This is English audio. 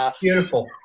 Beautiful